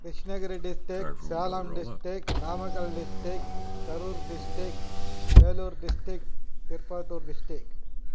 Krishnagiri district Salem district Namakkal district Karur district Vellore district Tirupattur district